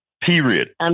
period